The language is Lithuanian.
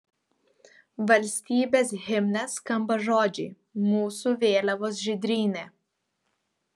valstybės himne skamba žodžiai mūsų vėliavos žydrynė